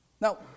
Now